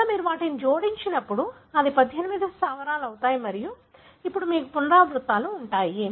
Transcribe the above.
అందువల్ల మీరు వాటిని జోడించినప్పుడు అది 18 స్థావరాలు అవుతుంది మరియు అప్పుడు మీకు పునరావృత్తులు ఉంటాయి